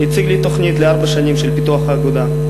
הציג לי תוכנית לארבע שנים של פיתוח האגודה,